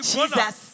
Jesus